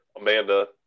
Amanda